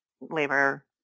labor